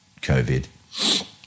COVID